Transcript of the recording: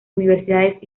universidades